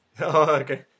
okay